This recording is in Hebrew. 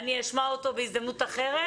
אני אשמע אותו בהזדמנות אחרת.